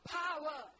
power